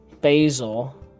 basil